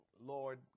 Lord